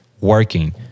working